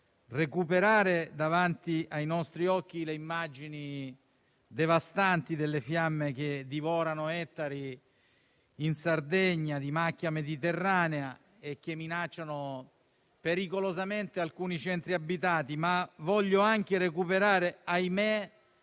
recuperare davanti ai nostri occhi le immagini devastanti delle fiamme che in Sardegna divorano ettari di macchia mediterranea e minacciano pericolosamente alcuni centri abitati. Ma voglio anche recuperare - ahimè